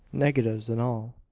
negatives and all.